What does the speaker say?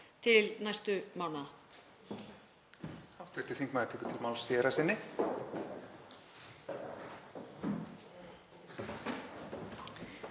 til næstu mánaða.